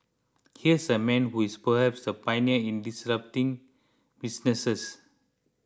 here's a man who is perhaps the pioneer in disrupting businesses